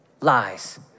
lies